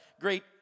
great